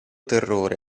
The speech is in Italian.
terrore